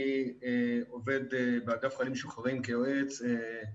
אני עובד באגף חיילים משוחררים כיועץ.